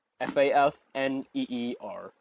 F-A-F-N-E-E-R